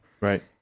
Right